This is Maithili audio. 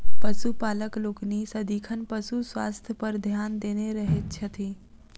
पशुपालक लोकनि सदिखन पशु स्वास्थ्य पर ध्यान देने रहैत छथि